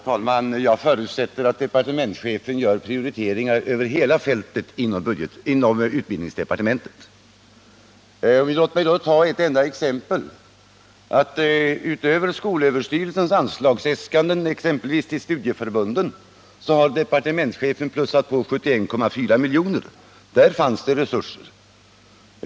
Herr talman! Jag förutsätter att departementschefen gör prioriteringar över hela fältet inom utbildningsdepartementet. Låt mig ta ett enda exempel: Utöver skolöverstyrelsens anslagsäskanden till studiecirkelverksamhet har departementschefen plussat på anslaget till 71,4 milj.kr. I det fallet fanns det resurser.